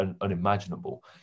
unimaginable